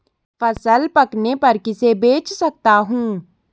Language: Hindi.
फसल पकने पर किसे बेच सकता हूँ?